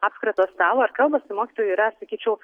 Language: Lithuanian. apskrito stalo ir kalbasi mokytojų yra sakyčiau